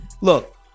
Look